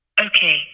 okay